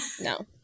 No